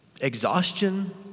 exhaustion